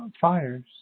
fires